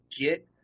get